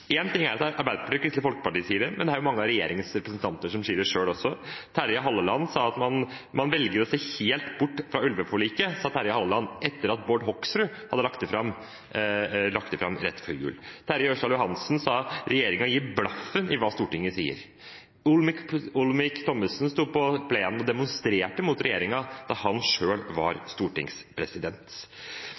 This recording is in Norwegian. ting er at Arbeiderpartiet og Kristelig Folkeparti sier det, men også mange av regjeringens representanter sier det. Terje Halleland sa at man velger å se helt bort fra ulveforliket. Det sa Terje Halleland etter at Bård Hoksrud hadde lagt det fram rett før jul. Morten Ørsal Johansen sa at regjeringen gir blaffen i hva Stortinget sier. Olemic Thommessen sto på plenen og demonstrerte mot regjeringen da han selv var stortingspresident.